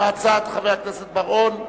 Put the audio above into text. חבר הכנסת בר-און,